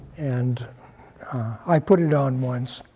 and i put it on once.